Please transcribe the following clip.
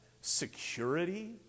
Security